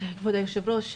כבוד היושב ראש,